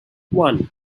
one